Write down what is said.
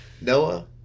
Noah